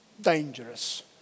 dangerous